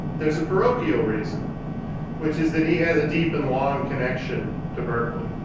there's a parochial reason which is that he has a deep and long connection to berkeley.